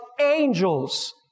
angels